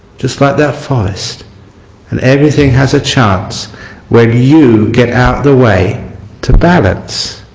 just like that forest and everything has a chance when you get out of the way to balance.